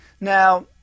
Now